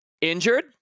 injured